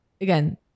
again